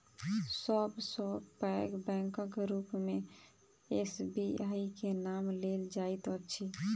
सब सॅ पैघ बैंकक रूप मे एस.बी.आई के नाम लेल जाइत अछि